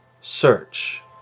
search